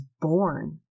born